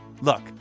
Look